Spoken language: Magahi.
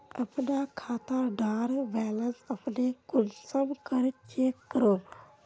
अपना खाता डार बैलेंस अपने कुंसम करे चेक करूम?